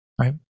right